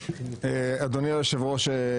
אדוני היושב ראש,